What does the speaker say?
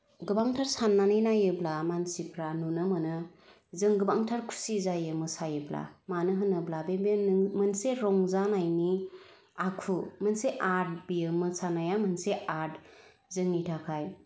गोबांथार साननानै नायोब्ला मानसिफ्रा नुनो मोनो जों गोबांथार खुसि जायो मोसायोब्ला मानो होनोब्ला बे मोनसे रंजानायनि आखु मोनसे आर्ट बियो मोसानाया मोनसे आर्ट जोंनि थाखाय